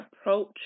approach